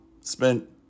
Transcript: spent